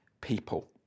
people